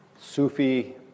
Sufi